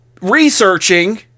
researching